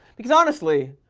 because honestly,